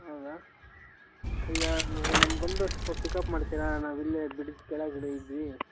ಹೌದಾ ಈಗಾ ನಮ್ಮ ಬಂದು ಸ್ವಲ್ಪ ಪಿಕಪ್ ಮಾಡ್ತೀರಾ ನಾವು ಇಲ್ಲೇ ಬಿಡ್ಜ್ ಕೆಳಗಡೆ ಇದ್ವೀ